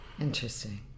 Interesting